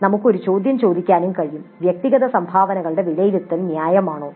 നമുക്ക് ഒരു ചോദ്യം ചോദിക്കാനും കഴിയും "വ്യക്തിഗത സംഭാവനകളുടെ വിലയിരുത്തൽ ന്യായമായതാണോ